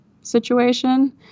situation